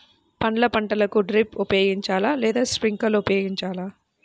పండ్ల పంటలకు డ్రిప్ ఉపయోగించాలా లేదా స్ప్రింక్లర్ ఉపయోగించాలా?